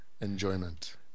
enjoyment